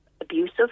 abusive